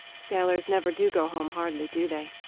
sailors never do go home hardly, do they?